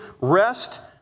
rest